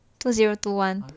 two zero two one